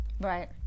Right